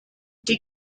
die